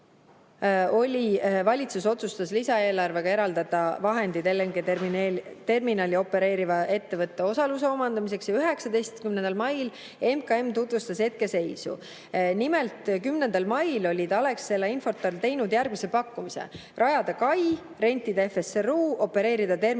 valitsus lisaeelarvega eraldada vahendid LNG-terminali opereeriva ettevõtte osaluse omandamiseks. 19. mail tutvustus MKM hetkeseisu. Nimelt, 10. mail olid Alexela ja Infortar teinud järgmise pakkumise: rajada kai, rentida FSRU, opereerida terminali